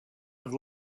i’ve